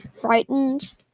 Frightened